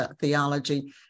theology